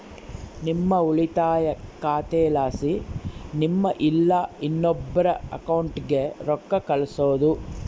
ನಿಮ್ಮ ಉಳಿತಾಯ ಖಾತೆಲಾಸಿ ನಿಮ್ಮ ಇಲ್ಲಾ ಇನ್ನೊಬ್ರ ಅಕೌಂಟ್ಗೆ ರೊಕ್ಕ ಕಳ್ಸೋದು